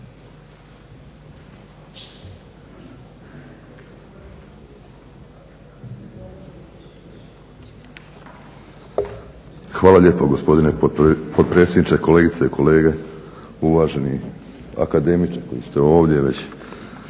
Hvala lijepo gospodine potpredsjedniče, kolegice i kolege, uvaženi akademiče koji ste ovdje već